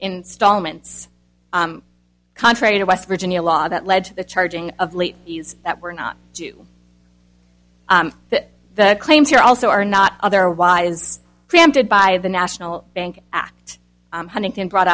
installments contrary to west virginia law that led to the charging of late fees that were not that the claims here also are not otherwise preempted by the national bank act huntington brought